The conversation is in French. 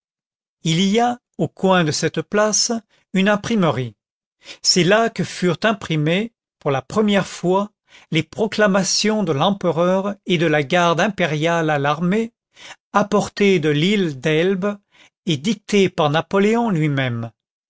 il y a au coin de cette place une imprimerie c'est là que furent imprimées pour la première fois les proclamations de l'empereur et de la garde impériale à l'armée apportées de l'île d'elbe et dictées par napoléon lui-même